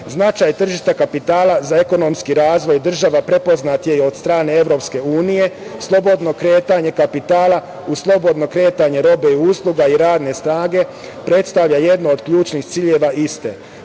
tržišta kapitala za ekonomski razvoj država prepoznat je i od strane Evropske unije. Slobodno kretanje kapitala u slobodno kretanje roba, usluga i radne snage predstavlja jednu od ključnih ciljeva iste. Na